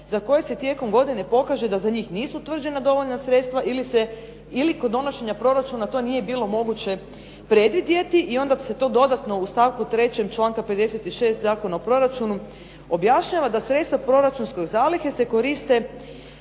za koje se tijekom godine pokaže da za njih nisu utvrđena dovoljna sredstva ili kod donošenja proračuna to nije bilo moguće predvidjeti i onda se to dodatno u stavku 3. članka 56. Zakona o proračunu objašnjava da sredstva proračunske zalihe se koriste